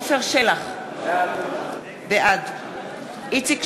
עפר שלח, בעד איציק שמולי,